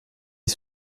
est